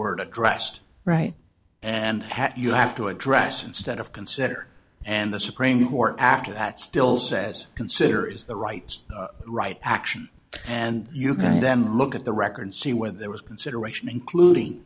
word addressed right and you have to address instead of consider and the supreme court after that still says consider is the right right action and you can then look at the record see where there was consideration including